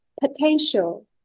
potential